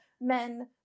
men